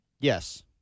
Yes